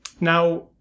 Now